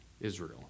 Israel